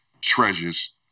treasures